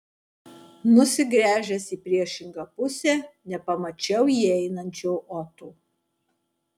nusigręžęs į priešingą pusę nepamačiau įeinančio oto